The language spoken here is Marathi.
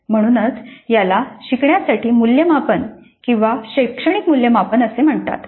म्हणूनच याला शिकण्यासाठी मूल्यमापन किंवा शैक्षणिक मूल्यमापन असे म्हणतात